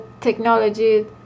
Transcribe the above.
technology